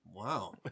Wow